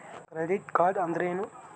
Credit card ಅಂದ್ರೇನು?